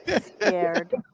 Scared